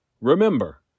Remember